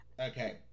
Okay